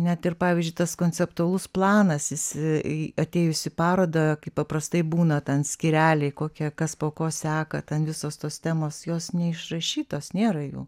net ir pavyzdžiui tas konceptualus planas jis atėjus į parodą kaip paprastai būna ten skyreliai kokie kas po ko seka ten visos tos temos jos neišrašytos nėra jų